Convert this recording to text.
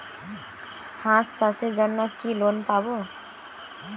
হাঁস চাষের জন্য কি লোন পাব?